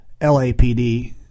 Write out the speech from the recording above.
LAPD